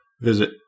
visit